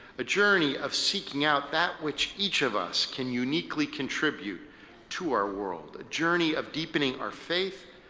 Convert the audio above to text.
a journey of seeking out that which each of us can uniquely contribute to our world, a journey of deepening our faith,